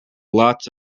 lots